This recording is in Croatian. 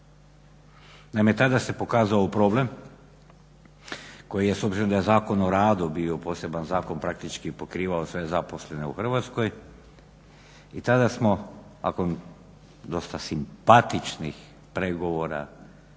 Naime, tada se pokazao problem koji je s obzirom da je Zakon o radu bio poseban zakon praktički pokrivao sve zaposlene u Hrvatskoj i tada smo nakon dosta simpatičnih pregovora